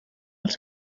els